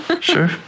sure